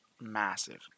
massive